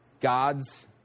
God's